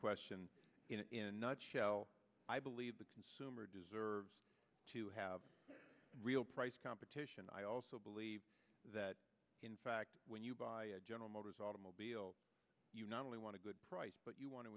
question in nutshell i believe him or deserves to have real price competition i also believe that in fact when you buy general motors automobiles you not only want to good price but you want to